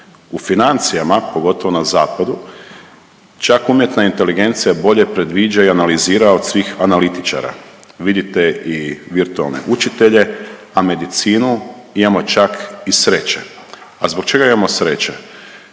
U financijama, pogotovo na zapadu čak umjetna inteligencija bolje predviđa i analizira od svih analitičara. Vidite i virtualne učitelje, a medicinu imamo čak i sreće. A zbog čega imamo sreće?